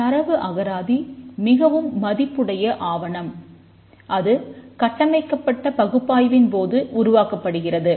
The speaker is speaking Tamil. தரவு அகராதி மிகவும் மதிப்புடைய ஆவணம் அது கட்டமைக்கப்பட்ட பகுப்பாய்வின் போது உருவாக்கப்படுகிறது